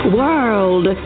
world